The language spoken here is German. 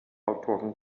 autoren